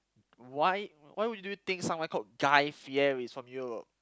white why would you think called guy-fieri is from Europe